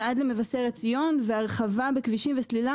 ועד למבשרת ציון והרחבה בכבישים וסלילה